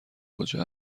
کجا